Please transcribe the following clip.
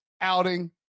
outing